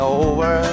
over